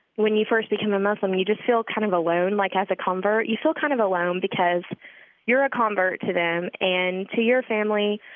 when you first become a muslim, you just feel kind of alone, like as a convert. you feel kind of alone because you're a convert to them, and to your family,